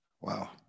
Wow